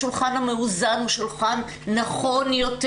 השולחן המאוזן הוא שולחן נכון יותר.